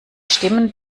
stimmen